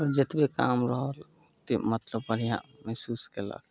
जतबे काम रहल ओत्ते मतलब बढ़िआँ महसूस कयलक